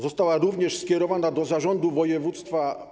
Została również skierowana do zarządu województwa.